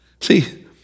See